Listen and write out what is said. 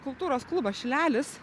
kultūros klubas šilelis